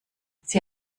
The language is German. sie